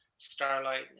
Starlight